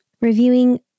reviewing